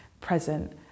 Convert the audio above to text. present